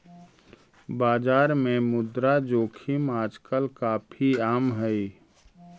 बाजार में मुद्रा जोखिम आजकल काफी आम हई